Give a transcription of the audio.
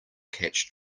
catch